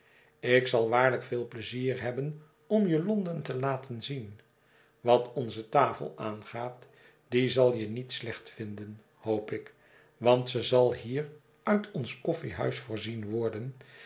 ik zal waarlijk veel pleizier hebben omje londen te laten zien wat onze tafel aangaat die zal je niet slecht vinden hoop ik want ze zal hier uit ons koffiehuis voorzien worden